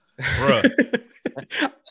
Bruh